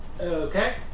Okay